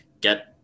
get